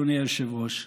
אדוני היושב-ראש,